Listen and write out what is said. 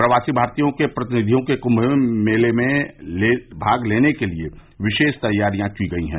प्रवासी भारतीय के प्रतिनिधियों के कुम्म में भाग लेने के लिए विशेष तैयारियों की गयी हैं